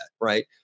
right